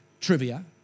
trivia